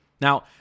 Now